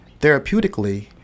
therapeutically